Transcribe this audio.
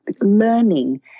learning